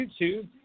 YouTube